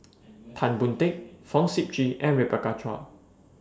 Tan Boon Teik Fong Sip Chee and Rebecca Chua